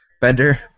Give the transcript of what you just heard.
Bender